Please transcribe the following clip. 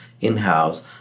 in-house